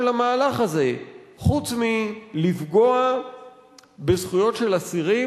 המהלך הזה חוץ מלפגוע בזכויות של אסירים,